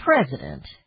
president